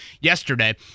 yesterday